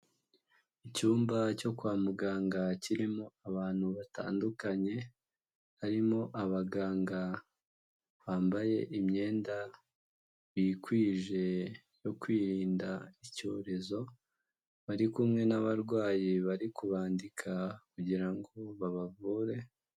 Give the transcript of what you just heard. Icyumba cyo kwa muganga kirimo abantu batandukanye, harimo abaganga bambaye imyenda bikwije yo kwirinda icyorezo, bari kumwe n'abarwayi bari kubandika kugira ngo babavure.